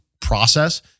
process